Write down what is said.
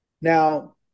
Now